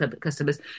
customers